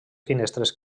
finestres